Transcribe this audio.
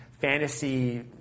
fantasy